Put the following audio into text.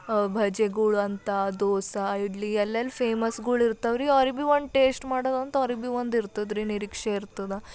ಭಜೆಗಳು ಅಂತ ದೋಸೆ ಇಡ್ಲಿ ಎಲ್ಲೆಲ್ಲಿ ಫೇಮಸ್ಗಳು ಇರ್ತಾವ್ರಿ ಅವ್ರಿಗೆ ಭೀ ಒಂದು ಟೇಸ್ಟ್ ಮಾಡೋದಂತ ಅವ್ರಿಗೆ ಭೀ ಒಂದು ಇರ್ತದ್ರೀ ನಿರೀಕ್ಷೆ ಇರ್ತದ